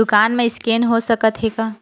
दुकान मा स्कैन हो सकत हे का?